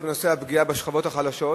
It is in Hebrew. בנושא הפגיעה בשכבות החלשות.